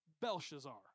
Belshazzar